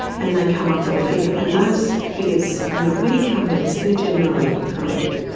and they come up with a figure. and those figures, you know with income debts, they're generally correct.